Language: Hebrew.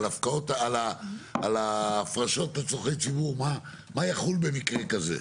על ההפרשות לצורכי ציבור מה יחול במקרה כזה?